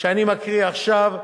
שאני מקריא עכשיו,